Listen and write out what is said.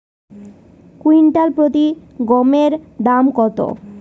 Quintal প্রতি গমের দাম কত?